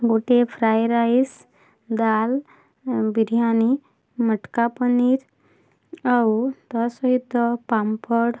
ଗୋଟିଏ fry rice ଡାଲ୍ ବିରିୟାନୀ ମଟ୍କା ପନିର୍ ଆଉ ତା ସହିତ ପାମ୍ପଡ଼